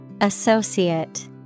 Associate